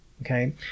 Okay